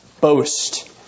boast